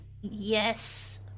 Yes